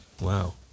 Wow